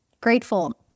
grateful